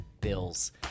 bills